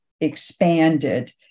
expanded